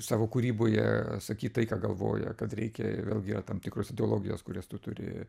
savo kūryboje sakyt tai ką galvoja kad reikia vėlgi yra tam tikros ideologijos kurias tu turi